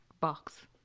box